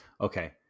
okay